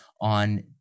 on